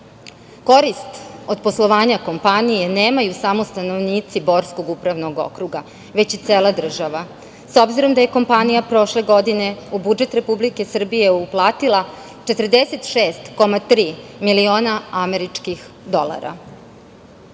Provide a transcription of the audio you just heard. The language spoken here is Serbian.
od poslovanja kompanija nemaju samo stanovnici Borskog upravnog okruga, već i cela država, s obzirom na to da je kompanija prošle godine u budžet Republike Srbije uplatila 46,3 miliona američkih dolara. Kada